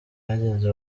byageze